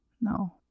No